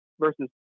versus